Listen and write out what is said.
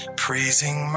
praising